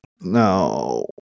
No